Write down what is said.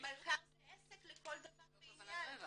מלכ"ר זה עסק לכל דבר ועניין.